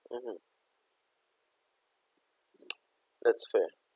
mmhmm that's fair